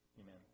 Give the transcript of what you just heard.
Amen